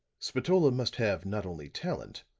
spatola must have not only talent,